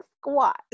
squat